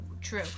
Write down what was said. true